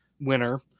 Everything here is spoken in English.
winner